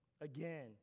again